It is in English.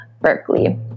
Berkeley